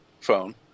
phone